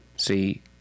See